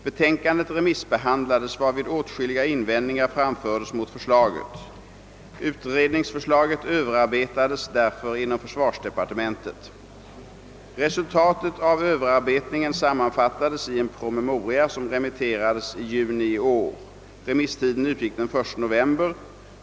Betänkandet remissbehandlades varvid åtskilliga invändningar framfördes mot förslaget. Utredningsförslaget överarbetades därför inom försvarsdepartementet. Resultatet av överarbetningen sammanfattades i en promemoria som remitterades i juni i år. Remisstiden utgick den 1 november.